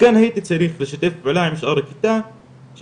מכאן הייתי צריך לשתף פעולה עם שאר הכיתה שלי